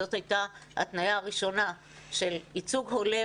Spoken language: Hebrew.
זאת הייתה התניה הראשונה של ייצוג הולם